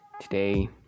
today